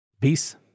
Peace